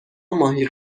ماهی